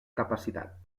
capacitat